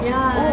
ya